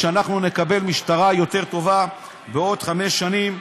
שאנחנו נקבל משטרה יותר טובה בעוד חמש שנים.